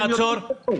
אדוני תעצור.